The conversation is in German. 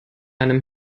einem